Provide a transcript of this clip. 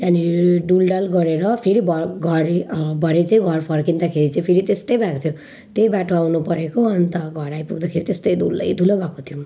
त्यहाँनिर डुलडाल गरेर फेरि भर घरै भरे चाहिँ घर फर्किँदाखेरि चाहिँ फेरि त्यस्तै भएका थियौँ त्यही बाटो आउनुपरेको अनि त घर आइपुग्दाखेरि त्यस्तै धुलै धुलो भएका थियौँ